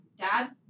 Dad